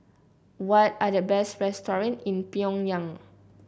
what are the best restaurants in Pyongyang